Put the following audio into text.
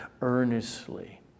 earnestly